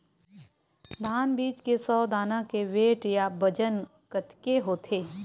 धान बीज के सौ दाना के वेट या बजन कतके होथे?